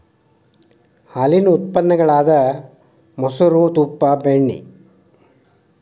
ಹಾಲೇನ ಉತ್ಪನ್ನ ಗಳಾದ ಮೊಸರು, ತುಪ್ಪಾ, ಬೆಣ್ಣಿ